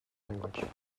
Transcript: language